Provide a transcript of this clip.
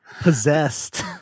possessed